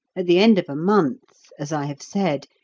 at the end of a month, as i have said,